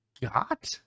got